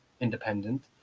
independent